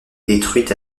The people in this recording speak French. détruite